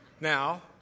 now